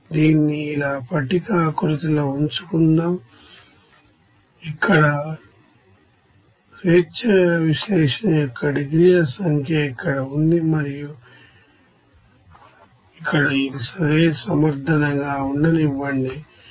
దీన్ని ఇలా పట్టిక ఆకృతిలో ఉంచుకుందాం ఇక్కడ డిగ్రీస్ అఫ్ ఫ్రీడమ్ సంఖ్య ఉంది మరియు ఇక్కడ ఇది సమర్థనగా ఉండనివ్వండి సరే